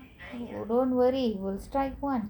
no ah don't worry will strike [one]